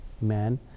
man